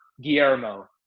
Guillermo